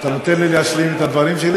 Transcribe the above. אתה נותן לי להשלים את הדברים שלי?